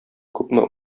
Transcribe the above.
күпме